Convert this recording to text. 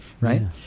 right